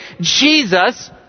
Jesus